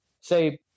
say